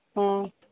ꯑꯥ